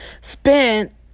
spent